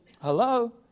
Hello